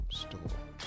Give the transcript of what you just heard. store